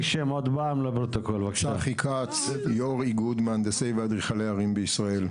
אני יושב ראש איגוד מהנדסי ואדריכלי ערים בישראל.